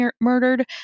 murdered